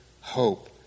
hope